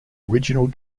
original